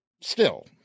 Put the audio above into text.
Still